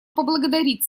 поблагодарить